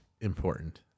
important